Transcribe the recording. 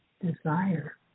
desire